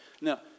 Now